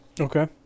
Okay